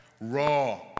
raw